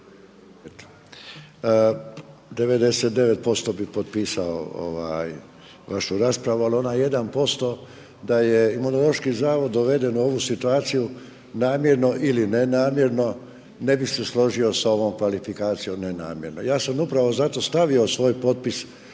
99% bih potpisao vašu raspravu ali onaj 1% da je Imunološki zavod doveden u ovu situaciju namjerno ili ne namjerno ne bih se složio sa ovom kvalifikacijom ne namjerno. Ja sam upravo zato stavio svoj potpis